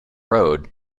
road